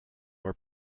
were